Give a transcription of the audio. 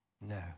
no